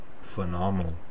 phenomenal